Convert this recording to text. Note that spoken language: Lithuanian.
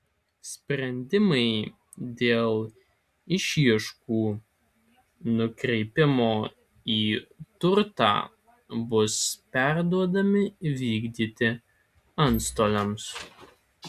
sprendimai dėl išieškų nukreipimo į turtą bus perduodami vykdyti antstoliams